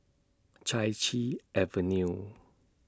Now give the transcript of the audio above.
Chai Chee Avenue